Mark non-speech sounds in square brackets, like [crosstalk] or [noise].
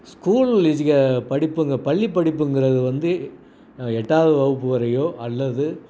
school [unintelligible] படிப்புங்க பள்ளிப்படிப்புங்கிறது வந்து எட்டாவது வகுப்பு வரையோ அல்லது